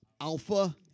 alpha